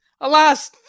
alas